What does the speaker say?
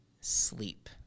sleep